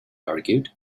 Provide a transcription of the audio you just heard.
argued